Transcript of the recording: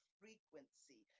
frequency